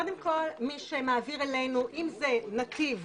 קודם כל מי שמעביר אלינו, אם זה נתיב